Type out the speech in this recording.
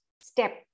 step